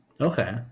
Okay